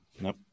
Nope